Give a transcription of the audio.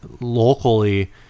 locally